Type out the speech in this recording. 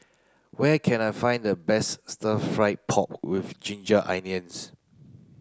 where can I find the best stir fry pork with ginger onions